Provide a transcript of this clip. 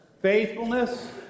faithfulness